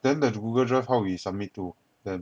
then the google drive how we submit to them